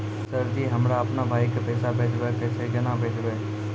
Sir ji हमरा अपनो भाई के पैसा भेजबे के छै, केना भेजबे?